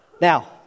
Now